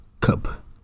cup